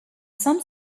some